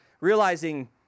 realizing